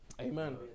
Amen